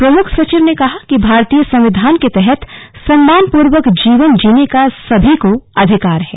प्रमुख सचिव ने कहा कि भारतीय संविधान के तहत सम्मानपूर्वक जीवन जीने को सभी को अधिकार है